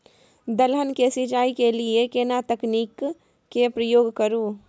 दलहन के सिंचाई के लिए केना तकनीक के प्रयोग करू?